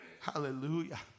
Hallelujah